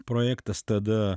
projektas tada